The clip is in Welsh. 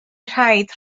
raid